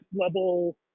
level